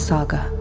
Saga